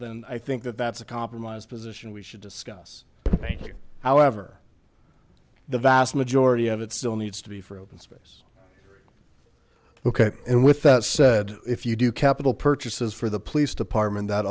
then i think that that's a compromise position we should discuss thank you however the vast majority of it still needs to be for open space ok and with that said if you do capital purchases for the police department that